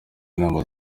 inama